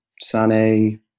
Sane